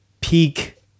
peak